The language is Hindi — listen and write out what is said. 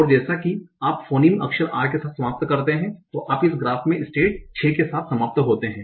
और जैसा कि आप फोनीम अक्षर r के साथ समाप्त करते हैं तो आप इस ग्राफ में स्टेट 6 के साथ समाप्त होते हैं